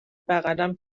بغلم